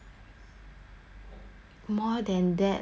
more than that lah I think